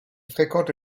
fréquente